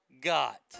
got